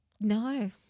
No